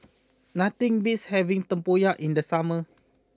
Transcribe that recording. nothing beats having Tempoyak in the summer